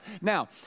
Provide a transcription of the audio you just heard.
Now